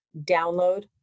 download